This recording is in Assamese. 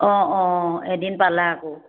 অঁ অঁ এদিন পালা আকৌ